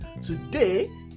Today